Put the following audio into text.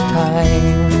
time